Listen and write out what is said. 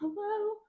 hello